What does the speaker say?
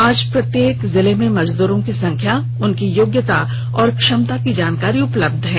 आज प्रत्येक जिला में मजदूरों की संख्या उनकी योग्यता और क्षमता की जानकारी उपलब्ध है